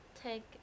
take